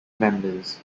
members